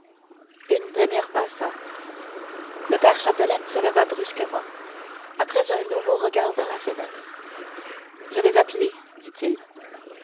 une demi-heure passa le père chapdelaine se leva brusquement après un nouveau regard vers la fenêtre je vas atteler dit-il